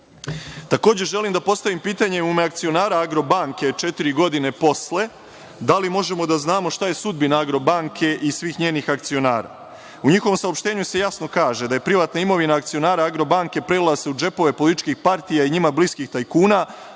želim da postavim pitanje u ime akcionara Agrobanke, četiri godine posle, da li možemo da znamo šta je sudbina Agrobanke i svih njenih akcionara? U njihovom saopštenju se jasno kaže da se privatna imovina akcionara Agrobanke prelila u džepove političkih partija i njima bliskih tajkuna,